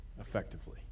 effectively